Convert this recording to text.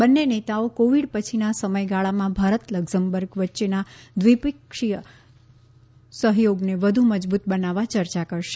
બંને નેતાઓ કોવિડ પછીના સમયગાળામાં ભારત લકઝમબર્ગ વચ્ચેના દ્વિપક્ષીય સહ્યોગને વધુ મજબૂત બનાવવા ચર્ચા કરશે